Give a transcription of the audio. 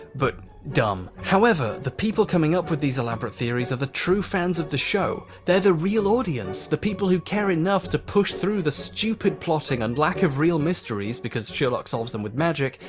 but dumb. however, the people coming up with these elaborate theories are the true fans of the show they're the real audience, the people who care enough to push through the stupid plotting and lack of real mysteries because sherlock solves them with magic,